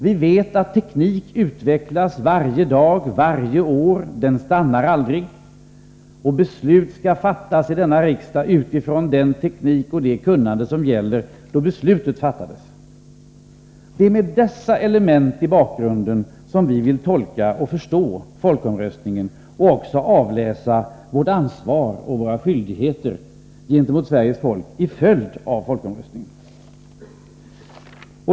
Vi vet att teknik utvecklas varje dag, varje år. Den stannar aldrig. Beslut skall fattas i denna riksdag på grundval av den teknik och det kunnande som gäller då beslutet fattas. Det är med dessa element i bakgrunden som vi vill tolka och förstå folkomröstningen och också avläsa vårt ansvar och våra skyldigheter gentemot Sveriges folk som en följd av folkomröstningen.